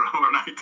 overnight